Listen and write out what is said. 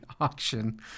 auction